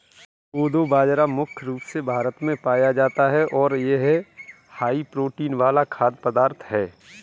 कोदो बाजरा मुख्य रूप से भारत में पाया जाता है और यह हाई प्रोटीन वाला खाद्य पदार्थ है